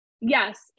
Yes